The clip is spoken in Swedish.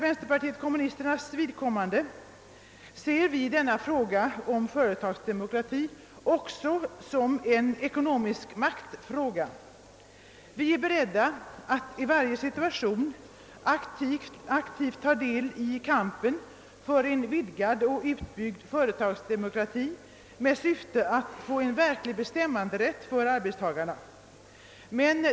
Vänsterpartiet kommunisterna ser frågan om företagsdemokrati även som en ekonomisk maktfråga. Vi är beredda att i varje situation aktivt ta del i kampen för en vidgad och utbyggd företagsdemokrati med syfte att åstadkomma verklig bestämmanderätt för arbetstagarna.